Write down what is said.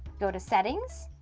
go to settings,